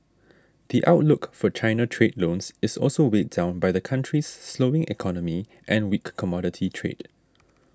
the outlook for China trade loans is also weighed down by the country's slowing economy and weak commodity trade